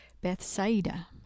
bethsaida